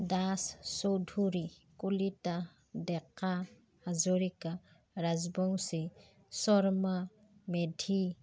Das Choudhury Kalita Deka Hazarika Rajbongshi Sharma Medhi